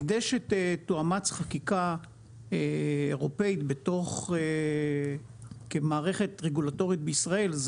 כדי שתאומץ חקיקה אירופאית כמערת רגולטורית בישראל,